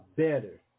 better